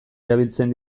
erabiltzen